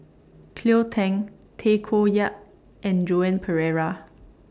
Cleo Thang Tay Koh Yat and Joan Pereira